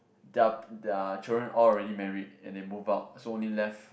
their their children all already married and then move out so only left